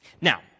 Now